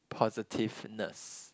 positiveness